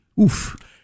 Oof